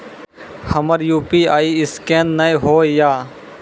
हमर UPI scan नेय हो या?